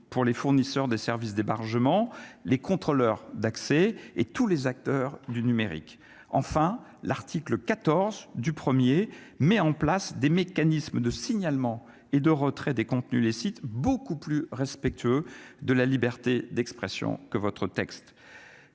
pour les fournisseurs des services débarquement, les contrôleurs d'accès et tous les acteurs du numérique, enfin, l'article 14 du premier met en place des mécanismes de signalement et de retrait des contenus les sites beaucoup plus respectueux de la liberté d'expression que votre texte